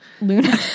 Luna